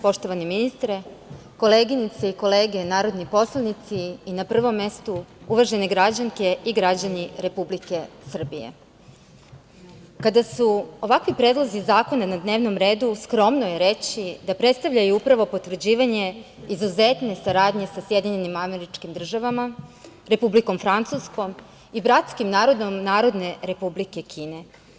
Poštovani ministre, koleginice i kolege narodni poslanici, i na prvom mestu uvažene građanke i građani Republike Srbije, kada su ovakvi predlozi zakona na dnevnom redu skromno je reći da predstavljaju upravo potvrđivanje izuzetne saradnje sa SAD, Republikom Francuskom i bratskim narodom Narodne Republike Kine.